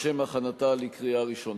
לשם הכנתה לקריאה ראשונה.